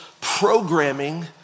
programming